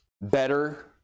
better